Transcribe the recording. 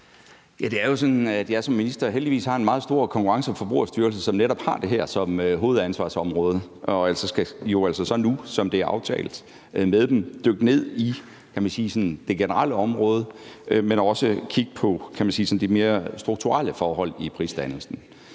jeg som minister heldigvis har en meget stor Konkurrence- og Forbrugerstyrelse, som netop har det her som hovedansvarsområde, og de skal jo så nu, som det er aftalt med dem, dykke ned i det generelle område, men også kigge på de mere strukturelle forhold i prisdannelsen.